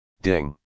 Ding